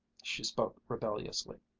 she spoke rebelliously.